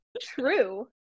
True